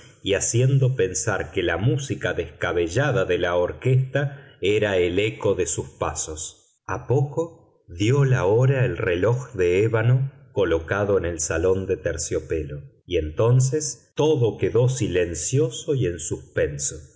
y haciendo pensar que la música descabellada de la orquesta era el eco de sus pasos a poco dió la hora el reloj de ébano colocado en el salón de terciopelo y entonces todo quedó silencioso y en suspenso